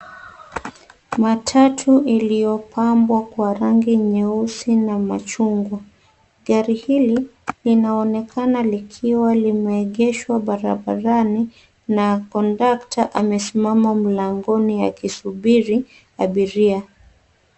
Matatu iliyopambwa kwa rangi nyeusi na machungwa. Gari hili linaonekana likiwa limeegeshwa barabarani na kondakta amesimama mlangoni akisubiri abiria.